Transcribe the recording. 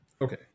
Okay